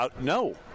no